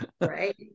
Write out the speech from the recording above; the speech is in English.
right